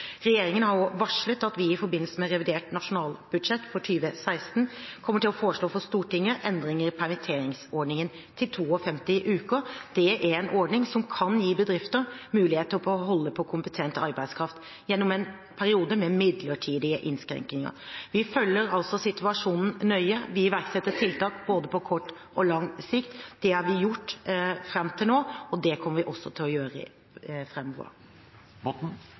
Regjeringen har også varslet at vi i forbindelse med revidert nasjonalbudsjett for 2016 kommer til å foreslå for Stortinget endringer i permitteringsordningen til 52 uker. Det er en ordning som kan gi bedrifter muligheter til å holde på kompetent arbeidskraft gjennom en periode med midlertidige innskrenkninger. Vi følger altså situasjonen nøye. Vi iverksetter tiltak både på kort og lang sikt. Det har vi gjort fram til nå, og det kommer vi også til å gjøre